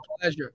pleasure